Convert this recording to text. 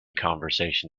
conversation